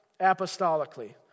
apostolically